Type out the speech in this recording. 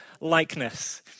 likeness